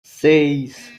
seis